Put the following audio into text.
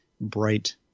bright